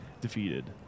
defeated